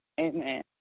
Amen